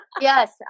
Yes